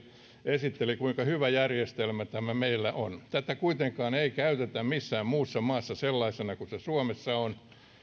esitteli kuinka hyvä järjestelmä meillä on tätä kuitenkaan ei käytetä missään muussa maassa sellaisena kuin se suomessa on ja en ole huomannut